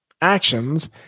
actions